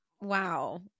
wow